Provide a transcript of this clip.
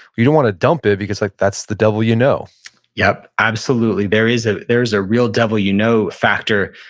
you don't want to dump it because like that's the devil you know yup, absolutely. there is ah there is a real devil you know factor.